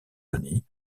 denis